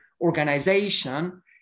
organization